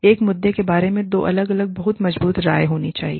एक मुद्दे के बारे में दो अलग अलग बहुत मजबूत राय होनी चाहिए